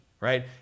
right